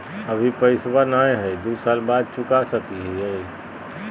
अभि पैसबा नय हय, दू साल बाद चुका सकी हय?